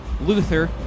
Luther